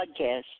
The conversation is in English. podcast